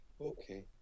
Okay